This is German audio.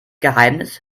geheimnis